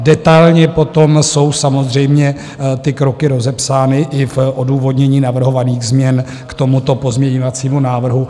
Detailně potom jsou samozřejmě ty kroky rozepsány i v odůvodnění navrhovaných změn k tomuto pozměňovacímu návrhu.